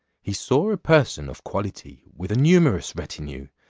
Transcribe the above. he saw a person of quality with a numerous retinue,